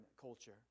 culture